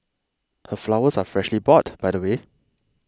her flowers are freshly bought by the way